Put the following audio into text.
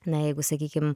na jeigu sakykim